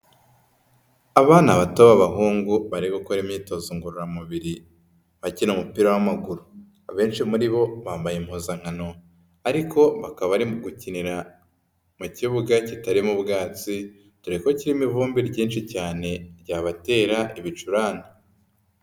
Abana bato b'abahungu bari gukora imyitozo ngororamubiri bakina umupira w'amaguru. Abenshi muri bo bambaye impuzankano ariko bakaba barimo gukinira mu kibuga kitarimo ubwatsi, dore ko kirimo ivumbi ryinshi cyane ryabatera ibicurane.